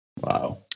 Wow